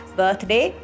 birthday